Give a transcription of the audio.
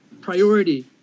priority